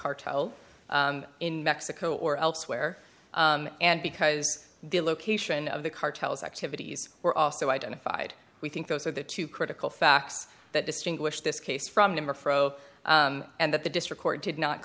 cartel in mexico or elsewhere and because the location of the cartels activities were also identified we think those are the two critical facts that distinguish this case from a number fro and that the district court did not